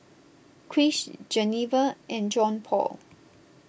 Krish Geneva and Johnpaul